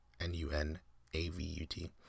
N-U-N-A-V-U-T